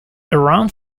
around